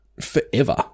forever